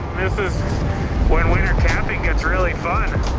this is when winter camping gets really fun